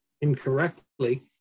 incorrectly